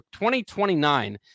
2029